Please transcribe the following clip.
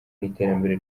iterambere